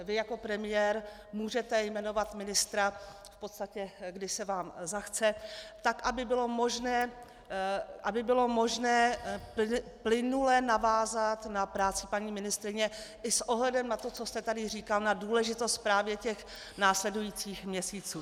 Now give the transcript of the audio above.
Vy jako premiér můžete jmenovat ministra v podstatě, kdy se vám zachce, tak aby bylo možné plynule navázat na práci paní ministryně i s ohledem na to, co jste tady říkal, na důležitost právě těch následujících měsíců.